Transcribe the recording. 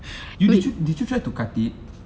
did you did you try to cut it